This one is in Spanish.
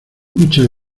muchas